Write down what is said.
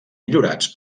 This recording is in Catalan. millorats